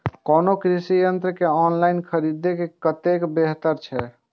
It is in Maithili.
कोनो कृषि यंत्र के ऑनलाइन खरीद कतेक बेहतर छै?